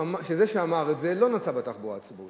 אני מוכן להמר שזה שאמר את זה לא נסע בתחבורה הציבורית,